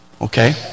Okay